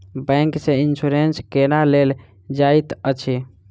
bank सँ insurance केना लेल जाइत अछि